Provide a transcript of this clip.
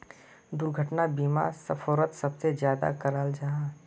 दुर्घटना बीमा सफ़रोत सबसे ज्यादा कराल जाहा